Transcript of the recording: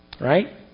right